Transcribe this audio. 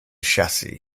chassis